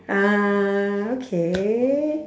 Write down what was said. uh okay